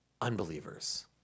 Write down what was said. unbelievers